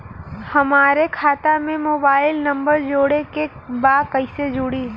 हमारे खाता मे मोबाइल नम्बर जोड़े के बा कैसे जुड़ी?